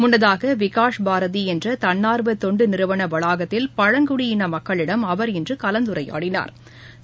முன்னதாக விகாஷ்பாரதி என்ற தன்னார்வ தொண்டு நிறுவன வளாகத்தில் பழங்குடியின மக்களிடம் அவர் இன்று கலந்துரையாடினா்